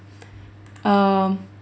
um